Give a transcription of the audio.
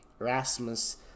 Erasmus